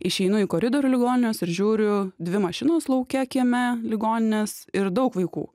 išeinu į koridorių ligoninės ir žiūriu dvi mašinos lauke kieme ligoninės ir daug vaikų